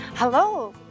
Hello